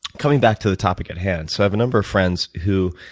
coming back to the topic at hand. so i have a number of friends who